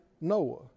Noah